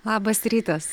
labas rytas